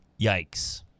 Yikes